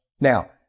Now